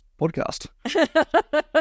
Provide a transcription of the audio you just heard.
podcast